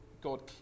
God